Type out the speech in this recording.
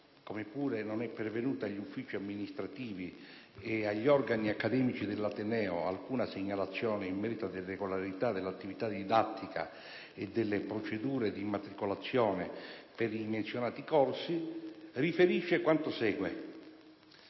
come pure non è pervenuta agli uffici amministrativi o agli organi accademici dell'ateneo alcuna segnalazione in merito ad irregolarità dell'attività didattica o delle procedure di immatricolazione per i menzionati corsi, riferisce quanto segue.